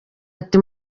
ati